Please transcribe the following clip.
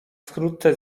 wkrótce